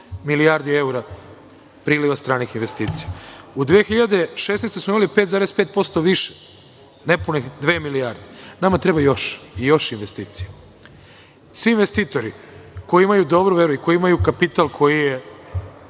milijardi evra priliva stranih investicija, u 2016. godine smo imali 5,5% više, nepunih dve milijarde. Nama treba još i još investicija. Svi investitori koji imaju dobru veru i koji imaju kapital koji je